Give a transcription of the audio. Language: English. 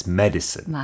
medicine